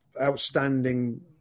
Outstanding